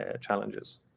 challenges